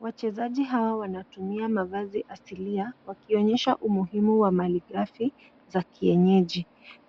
Wachezaji hawa wanatumia mavazi asilia wakionyesha umuhimu wa malighafi za kienyeji.